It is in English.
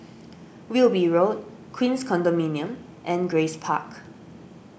Wilby Road Queens Condominium and Grace Park